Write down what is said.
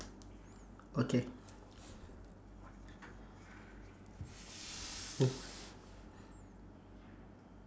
okay